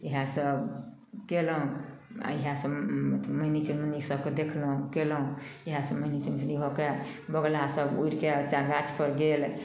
इएहसब कएलहुँ इएहसब अथी मैनी चुनमुनी सबके देखलहुँ कएलहुँ इएहसब मैनी चुनमुनी भऽके बौगुलासब उड़िके चाहे गाछपर गेल